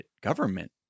government